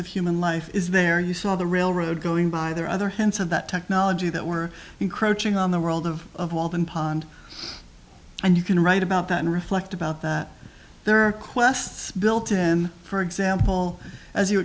of human life is there you saw the railroad going by there other hints of that technology that were encroaching on the world of walden pond and you can write about that and reflect about that there are quests built in for example as you